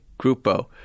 Grupo